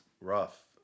rough